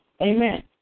Amen